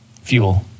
fuel